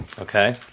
Okay